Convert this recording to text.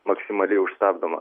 maksimaliai užstabdoma